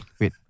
Wait